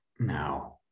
Now